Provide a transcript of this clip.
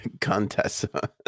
Contessa